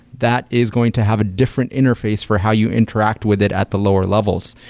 that is going to have a different interface for how you interact with it at the lower levels.